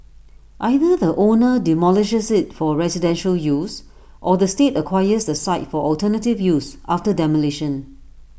either the owner demolishes IT for residential use or the state acquires the site for alternative use after demolition